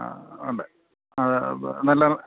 ആ ഉണ്ട് അതെ നല്ല